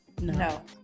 No